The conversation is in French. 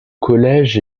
collège